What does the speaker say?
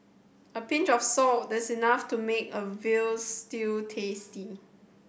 a pinch of salt this enough to make a veal stew tasty